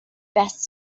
best